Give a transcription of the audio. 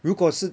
如果是